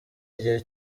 igihe